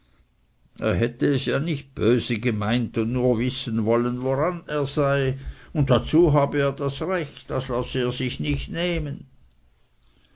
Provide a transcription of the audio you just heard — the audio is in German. hätte es ja nicht böse gemeint und nur wissen wollen woran er sei und dazu habe er das recht das lasse er sich nicht nehmen